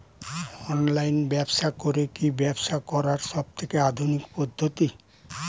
Online ব্যবসা করে কি ব্যবসা করার সবথেকে আধুনিক পদ্ধতি?